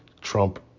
Trump